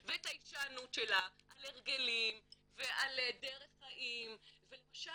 ואת ההישענות שלה על הרגלים ועל דרך חיים ולמשל